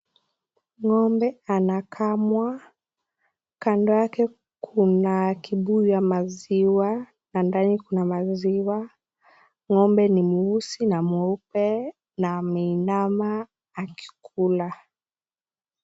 Ngombe anakamua, kando yake kuna kibuyu ya maziwa ambayo iko na maziwa, ngombe ni mweusi na mweupe na ameinama akikula.